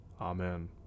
Amen